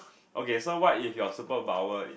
okay so what if your superpower